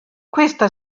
questa